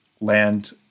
land